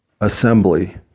assembly